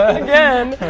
again!